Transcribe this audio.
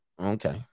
Okay